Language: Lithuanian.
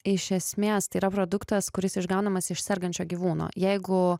iš esmės tai yra produktas kuris išgaunamas iš sergančio gyvūno jeigu